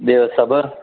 ॿियो सभु